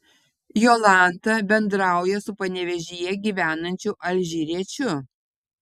jolanta bendrauja su panevėžyje gyvenančiu alžyriečiu